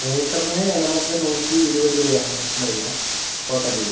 മീറ്ററിന് നമുക്ക് നൂറ്റി ഇരുപത് രൂപയാണ് മീറ്ററിന് വരുന്നത് കോട്ടണിൽ